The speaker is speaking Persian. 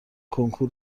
کنکور